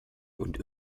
und